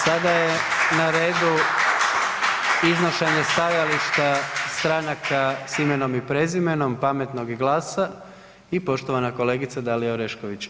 Sada je na redu iznošenje stajališta Stranaka s imenom i prezimenom, Pametnog i GLAS-a i poštovana kolegica Dalija Orešković.